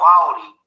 quality